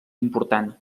important